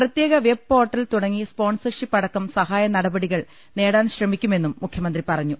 പ്രത്യേക web portal തുടങ്ങി sponsorship അടക്കം സഹായ നടപടികൾ നേടാൻ ശ്രമിക്കുമെന്നും മുഖ്യ മന്ത്രി പറഞ്ഞു